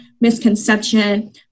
misconception